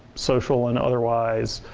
social and otherwise.